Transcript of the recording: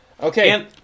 okay